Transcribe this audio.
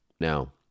Now